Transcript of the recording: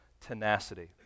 tenacity